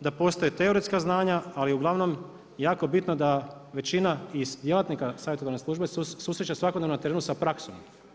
da postoje teoretska znanja, ali uglavnom je jako bitno da većina djelatnika iz savjetodavne službe se susreće svakodnevno na terenu sa praksom.